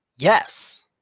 Yes